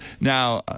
Now